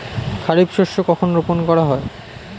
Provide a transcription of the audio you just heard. খারিফ শস্য কখন রোপন করা হয়?